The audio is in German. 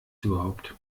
überhaupt